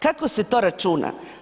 Kako se to računa?